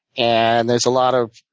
and there's a lot of